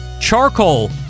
charcoal